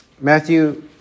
Matthew